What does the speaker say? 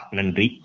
Nandri